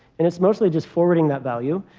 and it's mostly just forwarding that value.